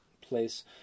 place